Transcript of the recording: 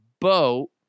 boat